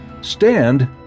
Stand